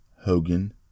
Hogan